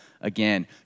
again